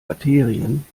arterien